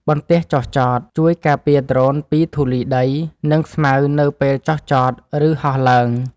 បន្ទះចុះចត ជួយការពារដ្រូនពីធូលីដី និងស្មៅនៅពេលចុះចត ឬហោះឡើង។